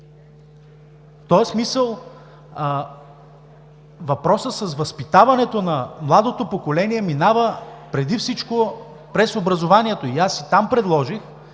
В тоя смисъл въпросът с възпитаването на младото поколение минава преди всичко през образованието. Аз и там предложих